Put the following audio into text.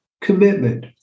commitment